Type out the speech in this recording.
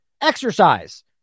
exercise